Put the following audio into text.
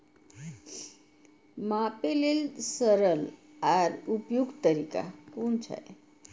मापे लेल सरल आर उपयुक्त तरीका कुन छै?